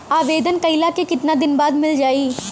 आवेदन कइला के कितना दिन बाद मिल जाई?